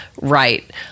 right